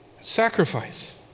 Sacrifice